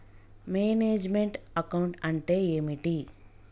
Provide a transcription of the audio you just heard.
Manage meant account అంటే ఏమిటి?